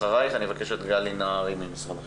אחרייך אני אבקש את גלי נהרי ממשרד החינוך.